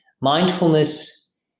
mindfulness